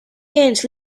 ants